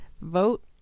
vote